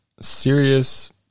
Serious